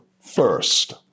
first